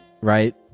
right